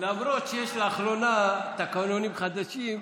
למרות שיש לאחרונה תקנונים חדשים,